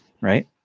right